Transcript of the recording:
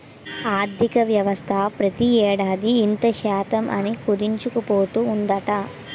ఆర్థికవ్యవస్థ ప్రతి ఏడాది ఇంత శాతం అని కుదించుకుపోతూ ఉందట